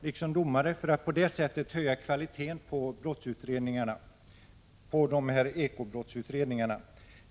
liksom domare för att på det sättet höja kvaliteten på ekobrottsutredningarna.